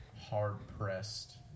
hard-pressed